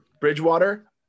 Bridgewater